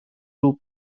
two